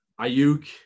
Ayuk